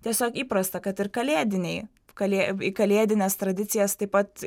tiesiog įprasta kad ir kalėdiniai kalė į kalėdines tradicijas taip pat